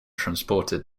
transported